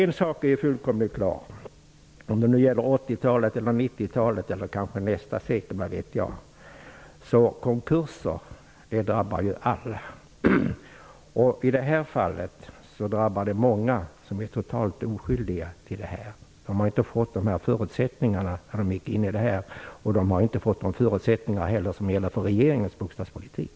En sak är fullkomligt klar, vare sig det gäller 80 talet, 90-talet eller kanske nästa sekel: Konkurser drabbar alla. I det här fallet drabbar de många som är totalt oskyldiga. De hade inte fått dessa förutsättningar när de gick in i det hela, och de har heller inte haft tillgång till de förutsättningar som gäller för regeringens bostadspolitik.